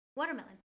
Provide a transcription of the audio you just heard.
watermelon